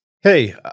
Hey